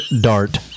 Dart